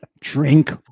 Drink